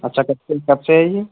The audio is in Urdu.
اچھا کب سے کب سے ہے یہ